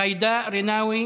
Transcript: ג'ידא רינאוי